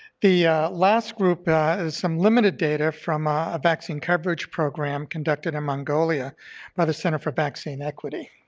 the last group is some limited data from a vaccine coverage program conducted in mongolia by the center for vaccine equity.